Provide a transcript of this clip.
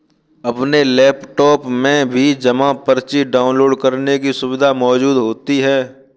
अपने लैपटाप में भी जमा पर्ची डाउनलोड करने की सुविधा मौजूद होती है